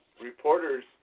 reporters